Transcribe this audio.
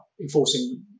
enforcing